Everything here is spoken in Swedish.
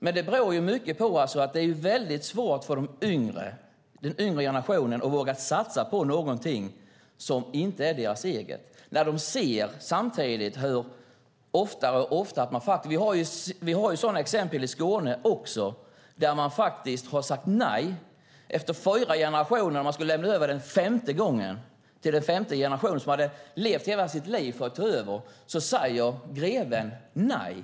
Men det beror mycket på att det är väldigt svårt för den yngre generationen att våga satsa på någonting som inte är deras eget. Vi har exempel också i Skåne där man faktiskt har sagt nej efter fyra generationer. När det skulle lämnas över till den femte generationen, som hade levt hela sitt liv för att ta över, sade greven nej.